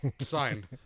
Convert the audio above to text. Signed